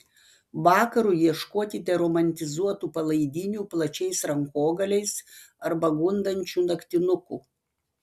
vakarui ieškokite romantizuotų palaidinių plačiais rankogaliais arba gundančių naktinukų